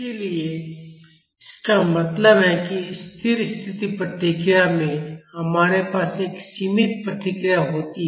इसलिए इसका मतलब है स्थिर स्थिति प्रतिक्रिया में हमारे पास एक सीमित प्रतिक्रिया होती है